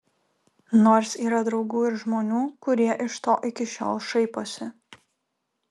nors yra draugų ir žmonių kurie iš to iki šiol šaiposi